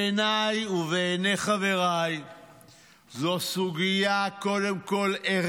בעיניי ובעיני חבריי זו סוגיה ערכית, קודם כול.